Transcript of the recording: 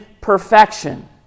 perfection